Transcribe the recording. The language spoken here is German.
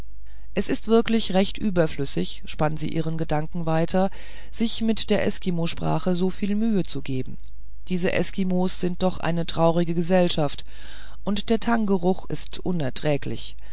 es ist wirklich recht überflüssig spann sie ihren gedankengang weiter sich mit der eskimosprache soviel mühe zu geben diese eskimos sind doch eine traurige gesellschaft und der trangeruch ist unerträglich